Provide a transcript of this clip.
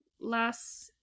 last